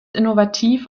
innovativ